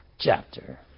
chapter